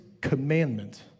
commandment